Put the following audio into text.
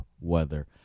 weather